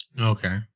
okay